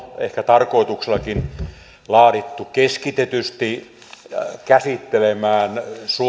ehkä tarkoituksellakin laadittu keskitetysti käsittelemään